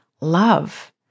love